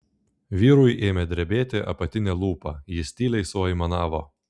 vyrui ėmė drebėti apatinė lūpa jis tyliai suaimanavo